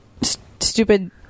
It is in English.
stupid